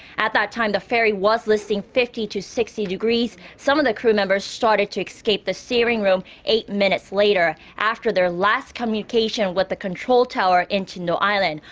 at that time, the ferry was listing fifty to sixty degrees. some of the crew members started to escape the steering room eight minutes later. after their last communication with the control tower in jindo island.